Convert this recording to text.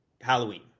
Halloween